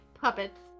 puppets